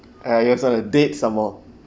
uh you also wanna date some more